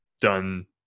done